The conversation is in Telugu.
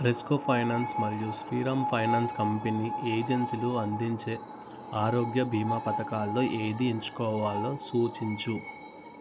రెస్కో ఫైనన్స్ మరియు శ్రీరామ్ ఫైనన్స్ కంపెనీ ఏజెన్సీలు అందించే ఆరోగ్య భీమా పథకాలలో ఏది ఎంచుకోవాలో సూచించు